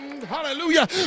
hallelujah